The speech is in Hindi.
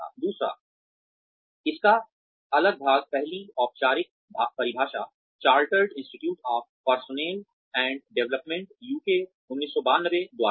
दूसरा इसका अगला भाग पहली औपचारिक परिभाषा chartered institute of personnel and development UK 1992 द्वारा है